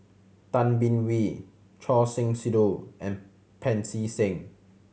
Tay Bin Wee Choor Singh Sidhu and Pancy Seng